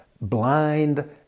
blind